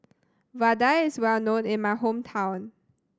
Vadai is well known in my hometown